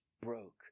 broke